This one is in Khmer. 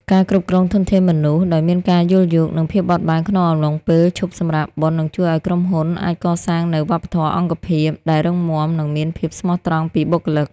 ការគ្រប់គ្រងធនធានមនុស្សដោយមានការយល់យោគ និងភាពបត់បែនក្នុងអំឡុងពេលឈប់សម្រាកបុណ្យ នឹងជួយឱ្យក្រុមហ៊ុនអាចកសាងនូវ "វប្បធម៌អង្គភាព" ដែលរឹងមាំ និងមានភាពស្មោះត្រង់ពីបុគ្គលិក។